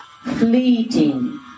Fleeting